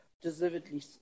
deservedly